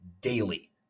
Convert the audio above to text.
daily